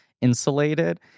insulated